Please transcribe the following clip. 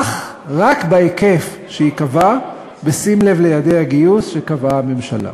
אך רק בהיקף שייקבע בשים לב ליעדי הגיוס שקבעה הממשלה.